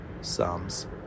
psalms